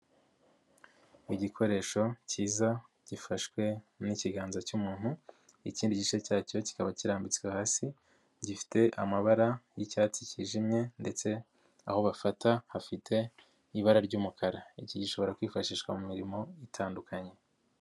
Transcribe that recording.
Igikoresho kiza gifashwe n'ikiganza cy'umuntu ikindi gice cyacyo kikaba kirambitswe hasi, gifite amabara y'icyatsi kijimye ndetse aho bafata hafite ibara ry'umukara, iki gishobora kwifashishwa mu mirimo itandukanye.